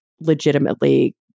legitimately